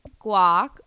guac